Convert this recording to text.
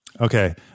Okay